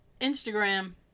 Instagram